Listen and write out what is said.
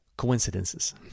coincidences